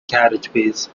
carriageways